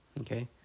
okay